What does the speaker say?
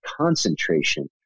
concentration